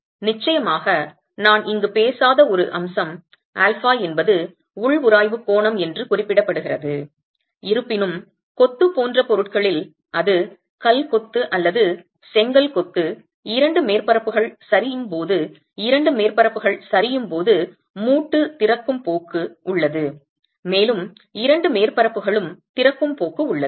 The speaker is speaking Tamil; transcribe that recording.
நிச்சயமாக நான் இங்கு பேசாத ஒரு அம்சம் ஆல்பா என்பது உள் உராய்வு கோணம் என்று குறிப்பிடப்படுகிறது இருப்பினும் கொத்து போன்ற பொருட்களில் அது கல் கொத்து அல்லது செங்கல் கொத்து இரண்டு மேற்பரப்புகள் சரியும்போது இரண்டு மேற்பரப்புகள் சரியும்போது மூட்டு திறக்கும் போக்கு உள்ளது மேலும் இரண்டு மேற்பரப்புகளும் திறக்கும் போக்கு உள்ளது